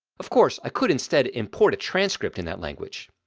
of course, i could instead import a transcript in that language.